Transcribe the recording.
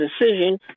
decision